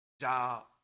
job